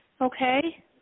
okay